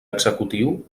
executiu